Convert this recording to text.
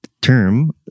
term